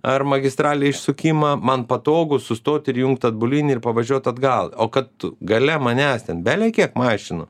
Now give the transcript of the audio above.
ar magistralėj išsukimą man patogu sustot ir įjungti atbulinį ir pavažiuoti atgal o kad gale manęs ten bele kiek mašinų